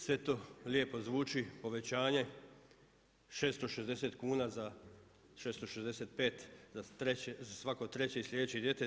Sve to lijepo zvuči, povećanje, 660 kuna za 665 za treće, za svako treće i sljedeće dijete.